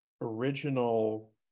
original